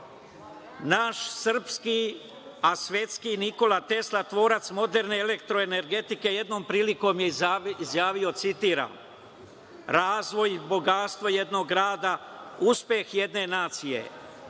naš srpski a svetski Nikola Tesla, tvorac moderne elektroenergetike, jednom prilikom je izjavio: „Razvoj i bogatstvo jednog grada, uspeh jedne nacije,